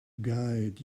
guide